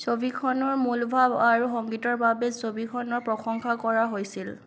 ছবিখনৰ মূলভাৱ আৰু সংগীতৰ বাবে ছবিখনক প্ৰশংসা কৰা হৈছিল